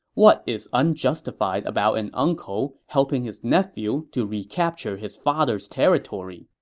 what is unjustified about an uncle helping his nephew to recapture his father's territory?